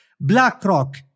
BlackRock